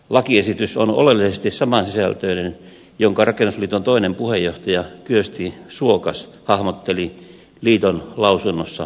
lakiesitys on oleellisesti samansisältöinen kuin se minkä rakennusliiton toinen puheenjohtaja kyösti suokas hahmotteli liiton lausunnossa eduskunnalle